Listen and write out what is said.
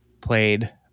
played